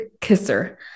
kisser